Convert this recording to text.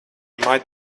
might